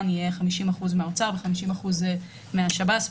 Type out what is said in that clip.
יהיה 50% מן האוצר ו-50% מן השב"ס,